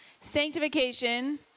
sanctification